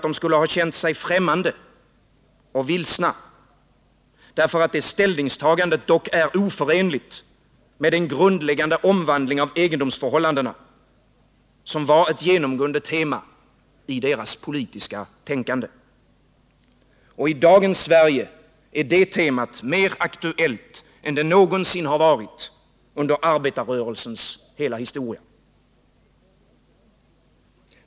De skulle ha känt sig främmande och vilsna, därför att det ställningstagandet dock är oförenligt med den grundläggande omvandling av egendomsförhållandena som var ett genomgående tema i deras politiska tänkande. Och i dagens Sverige är det temat mer aktuellt än det någonsin har varit under arbetarrörelsens hela historia.